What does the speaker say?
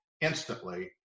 instantly